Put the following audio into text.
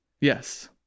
yes